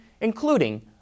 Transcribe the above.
including